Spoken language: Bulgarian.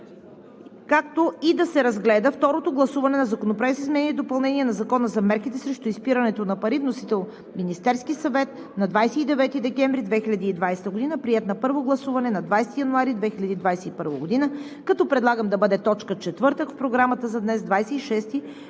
както и да се разгледа второто гласуване на Законопроекта за изменение и допълнение на мерките срещу изпирането на пари. Вносител – Министерският съвет, на 29 декември 2020 г., приет на първо гласуване на 20 януари 2021 г., като предлагам да бъде точка четвърта в Програмата за днес, 26 февруари